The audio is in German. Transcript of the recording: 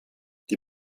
die